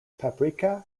paprika